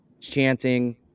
chanting